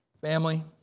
family